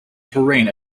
terrain